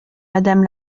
madame